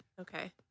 Okay